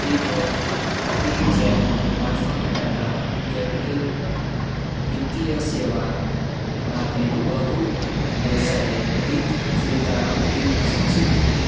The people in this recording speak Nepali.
के म पे ज्याप मार्फत टाटा क्यापिटल वित्तीय सेवामा मेरो लघु व्यवसाय ऋण फिर्ता तिर्न सक्छु